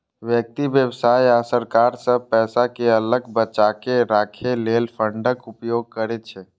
व्यक्ति, व्यवसाय आ सरकार सब पैसा कें अलग बचाके राखै लेल फंडक उपयोग करै छै